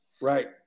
Right